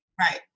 Right